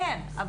כן,